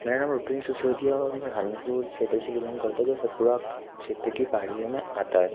मेरा नाम रूपेंद्र सीसोदिया है और मैं हनीपुर क्षेत्र से बिलॉन्ग करता हूँ जो सतपुड़ा क्षेत्र की पहाड़ियों में आता है